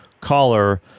caller